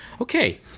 okay